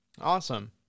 Awesome